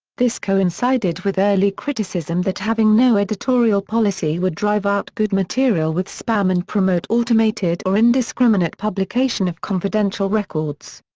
this coincided with early criticism that having no editorial policy would drive out good material with spam and promote automated or indiscriminate publication of confidential records.